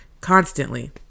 constantly